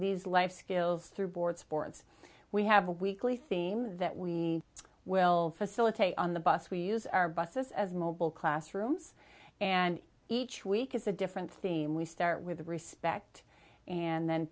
these life skills through board sports we have a weekly theme that we will facilitate on the bus we use our buses as mobile classrooms and each week is a different theme we start with respect and then